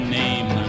name